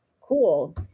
cool